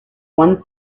one